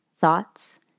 Thoughts